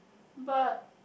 but